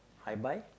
I buy